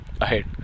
ahead